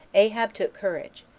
ahab took courage,